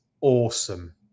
awesome